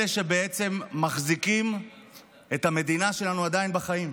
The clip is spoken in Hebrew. אלה שבעצם מחזיקים את המדינה שלנו עדיין בחיים.